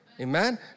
Amen